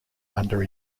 under